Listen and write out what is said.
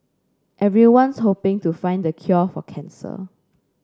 everyone's hoping to find the cure for cancer